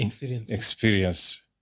experienced